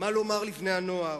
מה לומר לבני-הנוער,